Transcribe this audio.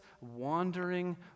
wandering